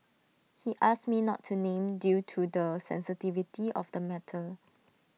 he asked me not to named due to the sensitivity of the matter